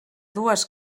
dues